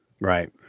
Right